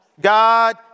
God